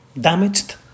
damaged